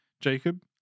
Jacob